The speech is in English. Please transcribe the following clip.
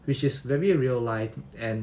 which is very real life and